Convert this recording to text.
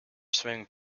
swimming